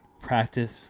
practice